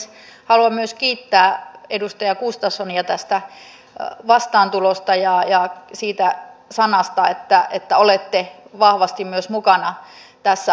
haluan myös kiittää edustaja gustafssonia tästä vastaantulosta ja siitä sanasta että olette vahvasti myös mukana tässä asiassa